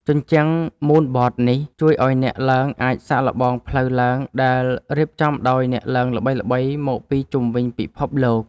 ជញ្ជាំងមូនបតនេះ ជួយឱ្យអ្នកឡើងអាចសាកល្បងផ្លូវឡើងដែលរៀបចំដោយអ្នកឡើងល្បីៗមកពីជុំវិញពិភពលោក។